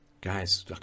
Guys